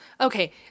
Okay